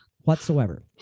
whatsoever